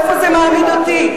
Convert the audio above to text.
איפה זה מעמיד אותי?